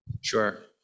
sure